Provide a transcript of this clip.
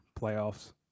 Playoffs